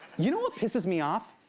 you know what pisses me off?